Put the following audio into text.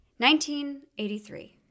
1983